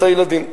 את הילדים,